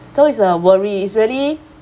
so it's a worry it's really